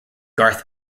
garth